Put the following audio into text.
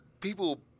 people